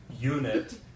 unit